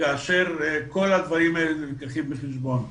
כאשר כל הדברים האלה נלקחים בחשבון.